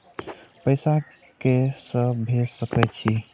पैसा के से भेज सके छी?